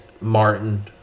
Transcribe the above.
Martin